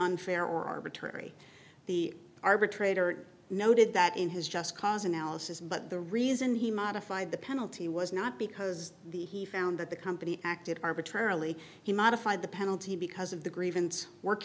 unfair or arbitrary the arbitrator noted that in his just cause analysis but the reason he modified the penalty was not because the he found that the company acted arbitrarily he modified the penalty because of the grievance work